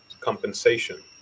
compensation